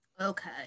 okay